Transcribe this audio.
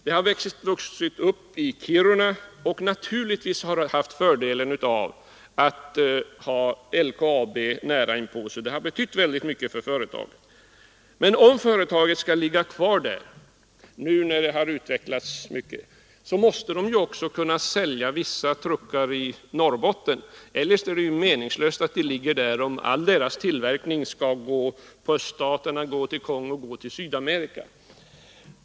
Det företaget har vuxit upp i Kiruna och har naturligtvis haft fördel av att ha LKAB nära inpå sig. Det har betytt mycket för företaget. Men om företaget skall ligga kvar där — nu när det har utvecklats mycket — måste det också kunna sälja vissa truckar i Norrbotten; det är meningslöst att det ligger där om all dess tillverkning skall gå till öststaterna, Kongo och Sydamerika.